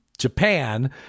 japan